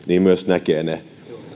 myös näkee ne